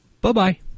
Bye-bye